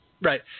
Right